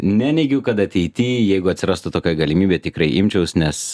neneigiu kad ateity jeigu atsirastų tokia galimybė tikrai imčiaus nes